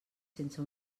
sense